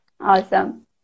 Awesome